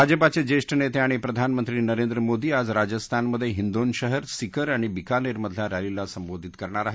भाजपाचे ज्येष्ठ नेते आणि प्रधानमंत्री नरेंद्र मोदी आज राजस्थानमधे हिदोंन शहर सिकर आणि बिकानेर मधल्या रॅलीला संबोधित करणार आहेत